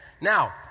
Now